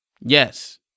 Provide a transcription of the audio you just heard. Yes